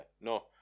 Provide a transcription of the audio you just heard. No